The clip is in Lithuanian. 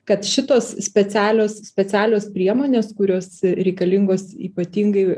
kad šitos specialios specialios priemonės kurios reikalingos ypatingai